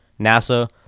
NASA